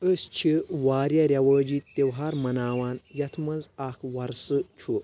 أسۍ چھِ واریاہ رؠوٲجی تِہوہار مَناوان یَتھ منٛز اکھ ورسہٕ چھُ